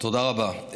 תודה רבה.